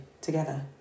together